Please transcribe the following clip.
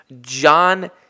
John